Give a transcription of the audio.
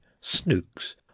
snooks